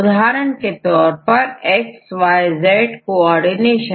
उदाहरण के तौर पर x y z कोऑर्डिनेशन